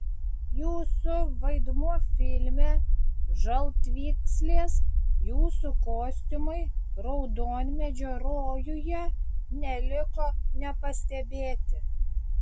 jūsų vaidmuo filme žaltvykslės jūsų kostiumai raudonmedžio rojuje neliko nepastebėti